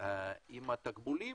עם התקבולים,